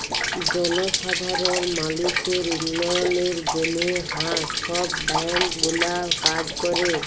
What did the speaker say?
জলসাধারল মালুসের উল্ল্যয়লের জ্যনহে হাঁ ছব ব্যাংক গুলা কাজ ক্যরে